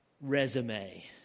Resume